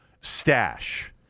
stash